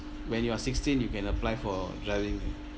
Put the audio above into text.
when you are sixteen you can apply for driving